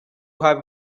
have